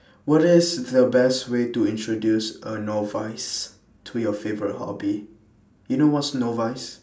what is the best way to introduce a novice to your favourite hobby do you know what's novice